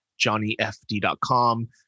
johnnyfd.com